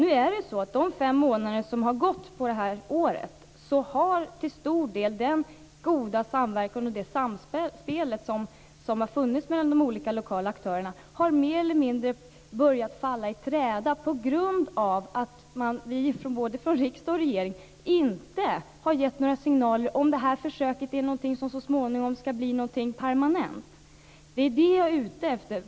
Under de fem månader som har gått på detta år har den goda samverkan och det goda samspelet som funnits mellan de lokala aktörerna mer eller mindre börjat falla i träda. Varken riksdag eller regering har gett några signaler om försöket är någonting som så småningom skall bli permanent.